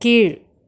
கீழ்